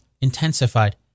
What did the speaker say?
intensified